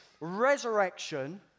resurrection